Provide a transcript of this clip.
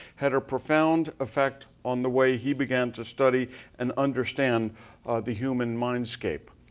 had a profound effect on the way he began to study and understand the human mindscape.